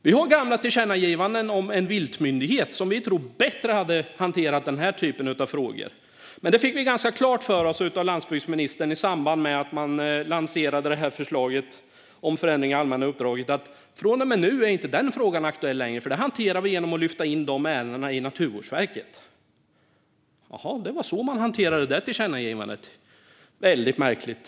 Vi har gamla tillkännagivanden om en viltmyndighet, som vi tror bättre hade hanterat den här typen av frågor. Men vi fick ganska klart för oss av landsbygdsministern, i samband med att man lanserade förslaget om förändring av det allmänna uppdraget, att denna fråga från och med nu inte längre är aktuell; den hanteras genom att dessa ärenden lyfts in i Naturvårdsverket. Det var så man hanterade det tillkännagivandet - väldigt märkligt.